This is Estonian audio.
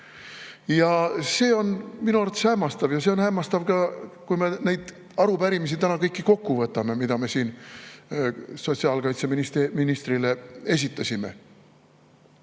See on minu arvates hämmastav. Ja see on hämmastav ka, kui me need arupärimised täna kõik kokku võtame, mis me sotsiaalkaitseministrile esitasime.